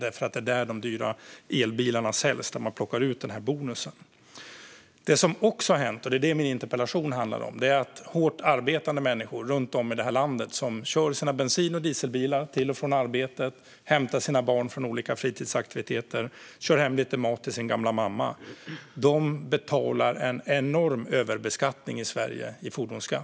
Det är där de dyra elbilarna säljs och där man plockar ut bonusen. Det som också har hänt, och det är vad min interpellation handlar om, är att hårt arbetande människor runt om i detta land som kör sina bensin och dieselbilar till och från arbetet, hämtar sina barn från olika fritidsaktiviteter och kör hem lite mat till sin gamla mamma betalar en enorm överbeskattning i Sverige i fordonsskatt.